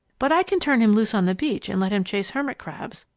but i can turn him loose on the beach and let him chase hermit-crabs,